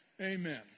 Amen